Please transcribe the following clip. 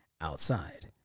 outside